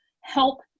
help